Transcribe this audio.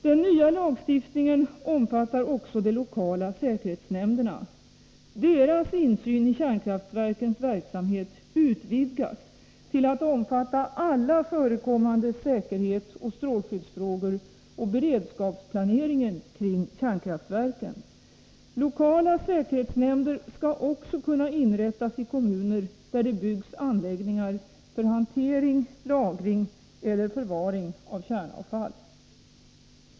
Den nya lagstiftningen omfattar också de lokala säkerhetsnämnderna. Deras insyn i kärnkraftverkens verksamhet utvidgas till att omfatta alla förekommande säkerhetsoch strålskyddsfrågor och beredskapsplaneringen kring kärnkraftverken. Lokala säkerhetsnämnder skall också kunna inrättas i kommuner där det byggs anläggningar för hantering, lagring eller förvaring av kärnavfall.